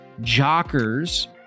jockers